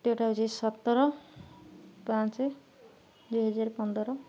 ତୃତୀୟଟା ହେଉଛି ସତର ପାଞ୍ଚ ଦୁଇହଜାର ପନ୍ଦର